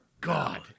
God